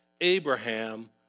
Abraham